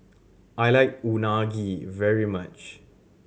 I like Unagi very much